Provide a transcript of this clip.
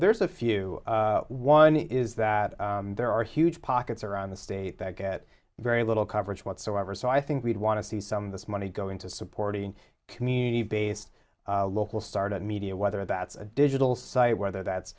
there's a few one is that there are huge pockets around the state that get very little coverage whatsoever so i think we'd want to see some of this money go into supporting community based local started media whether that's a digital site whether